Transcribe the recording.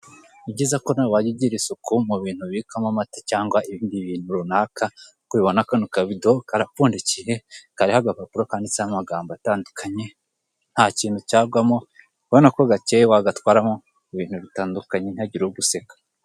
Ni byiza ko nawe wajya ugirara isuku, mu bintu ubikamo amata cyangwa ibindi bintu runaka nk'uko ubibona kano kabido karapfundikiye, kariho agapapuro kanditsehomo amagambo atandukanye, nta kintu cyagwamo urabona ko gakeye wagatwaramo ibintu bitandukanye ntihagire uguseka.